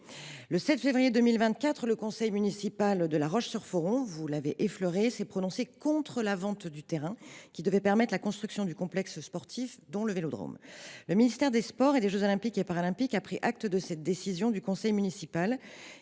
Le 7 février dernier, le conseil municipal de La Roche sur Foron s’est prononcé contre la vente du terrain qui devait permettre la construction du complexe sportif, notamment le vélodrome. Le ministère des Sports et des jeux Olympiques et Paralympiques a pris acte de la décision du conseil municipal.